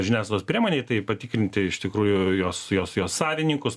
žiniasklaidos priemonei tai patikrinti iš tikrųjų jos jos jos savininkus